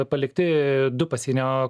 palikti du pasienio